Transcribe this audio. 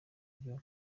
byo